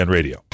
Radio